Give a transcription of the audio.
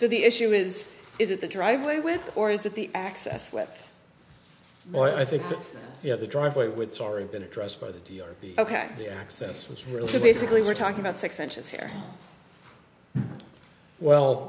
so the issue is is it the driveway with or is it the access with the i think that the driveway with sorry been addressed by the t r p ok yeah access which really basically we're talking about six inches here well